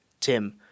Tim